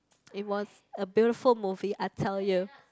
it was a beautiful movie I tell you